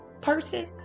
person